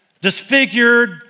disfigured